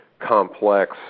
complex